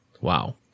Wow